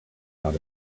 out